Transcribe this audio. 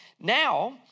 Now